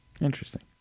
Interesting